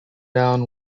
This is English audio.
down